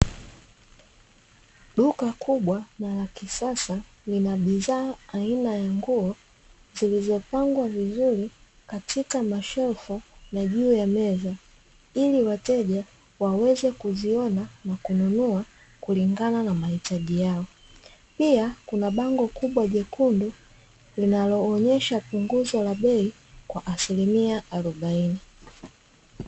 Duka kubwa na la kisasa lina bidhaa aina ya nguo zilizopangwa vizuri katika mashelfu, na juu ya meza ili wateja waweze kuziona na kununua kulingana na mahitaji yao pia kuna bango kubwa jekundu linaloonyesha punguzo la bei kwa asilimia arobaini.